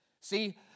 See